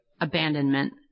abandonment